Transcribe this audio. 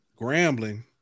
Grambling